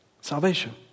Salvation